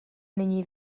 není